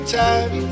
time